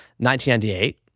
1998